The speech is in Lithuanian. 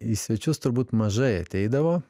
į svečius turbūt mažai ateidavo